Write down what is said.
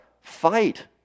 fight